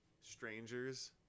strangers